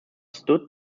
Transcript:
stood